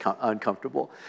uncomfortable